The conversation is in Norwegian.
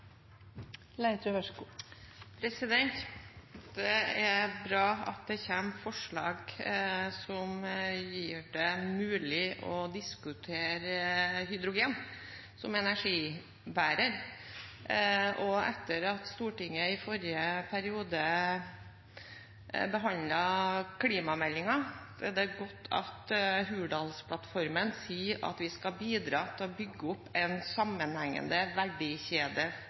bra at det kommer forslag som gjør det mulig å diskutere hydrogen som energibærer. Etter at Stortinget i forrige periode behandlet klimameldingen, er det godt at Hurdalsplattformen sier at vi skal bidra til å bygge opp en sammenhengende verdikjede